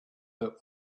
their